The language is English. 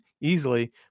easily